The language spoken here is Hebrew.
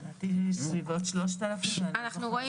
3,450 שקל.